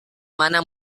mana